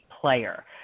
player